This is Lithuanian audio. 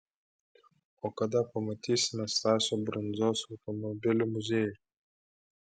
o kada pamatysime stasio brundzos automobilių muziejų